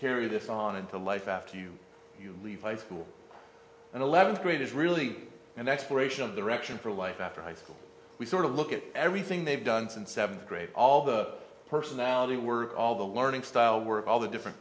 carry this on into life after you you leave high school in eleventh grade is really an exploration of the rection for life after high school we sort of look at everything they've done since seventh grade all the personality work all the learning style work all the different